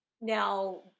Now